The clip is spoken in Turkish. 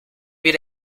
bir